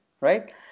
Right